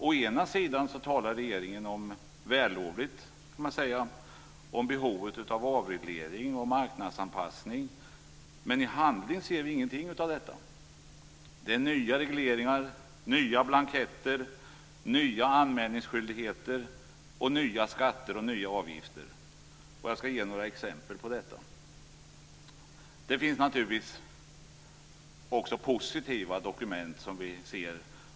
Å ena sidan talar regeringen vällovligt om behovet av avreglering och marknadsanpassning, men i handling ser vi inget av detta. Det är nya regleringar, nya blanketter, nya anmälningsskyldigheter och nya skatter och nya avgifter. Jag skall ge några exempel på detta. Det finns naturligtvis även positiva dokument som vi ser.